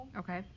okay